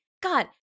God